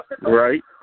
Right